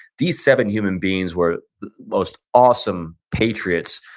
these seven human beings were most awesome patriots,